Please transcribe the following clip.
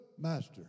master